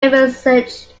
envisage